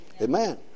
Amen